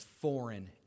foreign